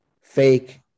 fake